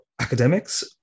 academics